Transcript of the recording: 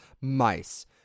mice